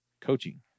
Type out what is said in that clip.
coaching